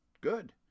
Good